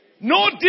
No